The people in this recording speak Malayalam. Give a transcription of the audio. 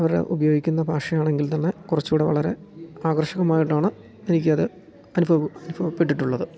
അവർ ഉപയോഗിക്കുന്ന ഭാഷയാണെങ്കിൽ തന്നെ കുറച്ചു കൂടെ വളരെ ആകർഷകമായിട്ടാണ് എനിക്ക് അത് അനുഭവപ്പെട്ടിട്ടുള്ളത്